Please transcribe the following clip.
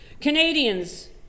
Canadians